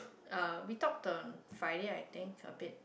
uh we talked on Friday I think a bit